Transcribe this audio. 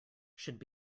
should